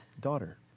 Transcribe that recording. daughter